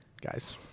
guys